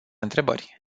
întrebări